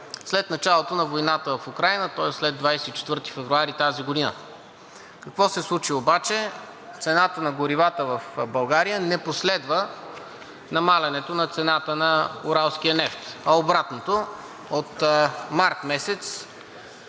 след началото на войната в Украйна, тоест след 24 февруари 2022 г. Какво се случи обаче. Цената на горивата в България не последва намаляването на цената на нефт „Уралс“, а обратното – от месец